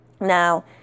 Now